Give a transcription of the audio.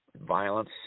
violence